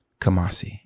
Kamasi